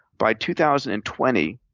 by two thousand and twenty,